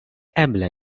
eble